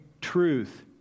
truth